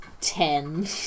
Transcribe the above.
ten